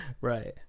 Right